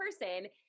person